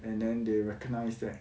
and then they recognise that